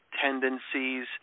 tendencies